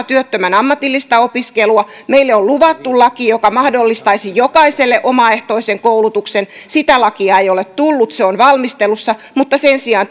työttömän ammatillista opiskelua meille on luvattu laki joka mahdollistaisi jokaiselle omaehtoisen koulutuksen sitä lakia ei ole tullut se on valmistelussa mutta sen sijaan